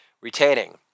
retaining